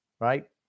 right